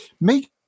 make